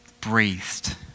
breathed